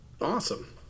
awesome